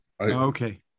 Okay